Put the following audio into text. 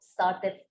started